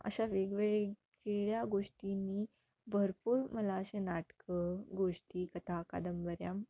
अशा वेगवेगळ्या गोष्टींनी भरपूर मला असे नाटकं गोष्टी कथा कादंबऱ्या